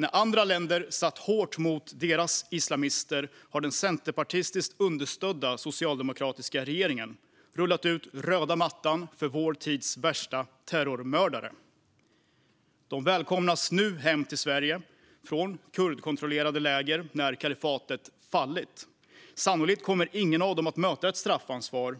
När andra länder har satt hårt mot hårt mot sina islamister har den centerpartistiskt understödda socialdemokratiska regeringen rullat ut röda mattan för vår tids värsta terrormördare. De välkomnas nu hem till Sverige från kurdkontrollerade läger när kalifatet fallit. Sannolikt kommer ingen av dem att möta något straffansvar,